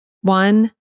One